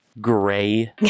gray